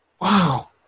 Wow